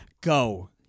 go